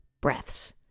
breaths